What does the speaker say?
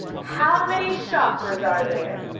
how many chakras are there?